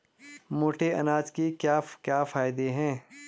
मोटे अनाज के क्या क्या फायदे हैं?